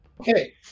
Okay